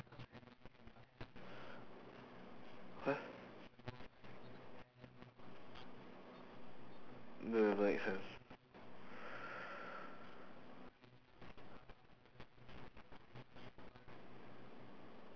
what that doesn't make sense